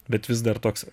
bet vis dar toks